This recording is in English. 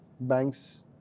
banks